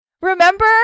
Remember